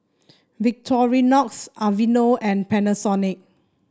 Victorinox Aveeno and Panasonic